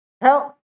Help